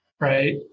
right